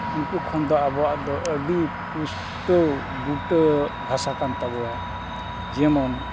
ᱩᱱᱠᱩ ᱠᱷᱚᱱ ᱫᱚ ᱟᱵᱚᱣᱟᱜ ᱫᱚ ᱟᱹᱰᱤ ᱯᱩᱥᱴᱟᱹᱣ ᱵᱩᱴᱟᱹ ᱵᱷᱟᱥᱟ ᱠᱟᱱ ᱛᱟᱵᱚᱣᱟ ᱡᱮᱢᱚᱱ